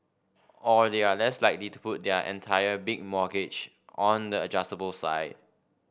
or they are less likely to put their entire big mortgage on the adjustable side